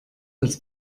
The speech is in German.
als